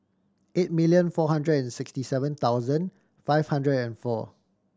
eight million four hundred and sixty seven thousand five hundred and four